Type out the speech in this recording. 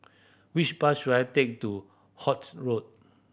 which bus should I take to Holt Road